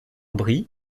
brie